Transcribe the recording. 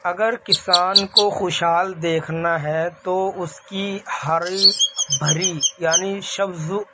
اگر کسان کو خوشحال دیکھنا ہے تو اس کی ہری بھری یعنی سبز